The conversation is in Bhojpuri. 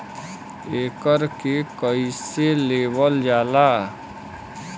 एकरके कईसे लेवल जाला?